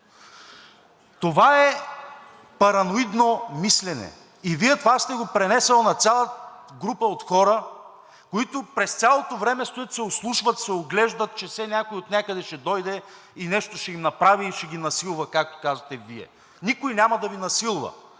Това е параноидно мислене и Вие сте го пренесли на цяла група от хора, които през цялото време стоят, ослушват се, оглеждат се, че все някой отнякъде ще дойде и нещо ще им направи, и ще ги насилва, както казвате Вие. Никой няма да Ви насилва,